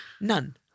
none